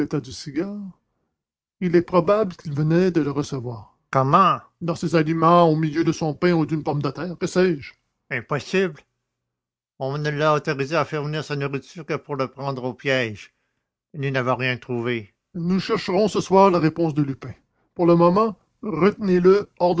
du cigare il est probable qu'il venait de le recevoir comment dans ses aliments au milieu de son pain ou d'une pomme de terre que sais-je impossible on ne l'a autorisé à faire venir sa nourriture que pour le prendre au piège et nous n'avons rien trouvé nous chercherons ce soir la réponse de lupin pour le moment retenez le